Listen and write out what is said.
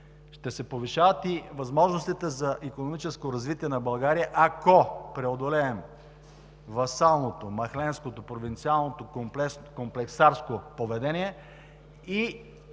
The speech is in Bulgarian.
Ще се повишават и възможностите за икономическо развитие на България, ако преодолеем васалното, махленското, провинциалното, комплексарско поведение и